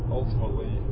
ultimately